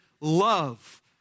love